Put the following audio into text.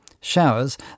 Showers